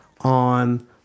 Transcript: on